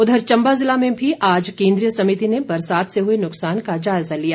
उधर चम्बा जिला में भी आज केन्द्रीय समिति ने बरसात से हुए नुकसान का जायजा लिया